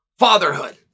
fatherhood